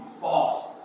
false